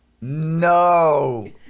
No